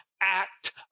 act